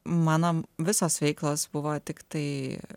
mano visos veiklos buvo tiktai